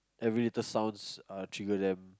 every little sounds uh trigger them